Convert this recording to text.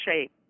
shape